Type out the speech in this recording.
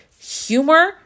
humor